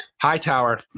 Hightower